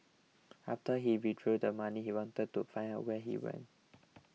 after he withdrew the money he wanted to find out where he went